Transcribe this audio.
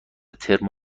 ترم